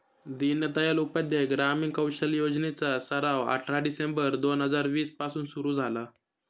दीनदयाल उपाध्याय ग्रामीण कौशल्य योजने चा सराव अठरा डिसेंबर दोन हजार वीस पासून सुरू झाला